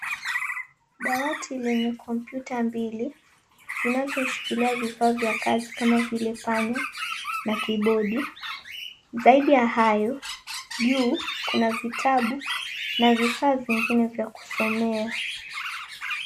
Dawatii lenye kompyuta mbili zinazoshikilia vifaa vya kazi kama vile panya, na kibodi. Zaidi ya hayo, juu kuna vitabu na vifaa vingine vya kusomea.